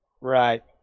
Right